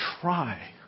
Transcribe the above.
try